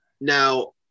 now